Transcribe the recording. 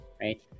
right